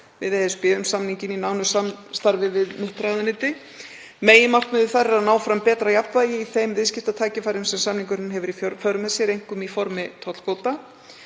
við ESB um samninginn í nánu samstarfi við mitt ráðuneyti. Meginmarkmiðið þar er að ná fram betra jafnvægi í þeim viðskiptatækifærum sem samningurinn hefur í för með sér, einkum í formi tollkvóta.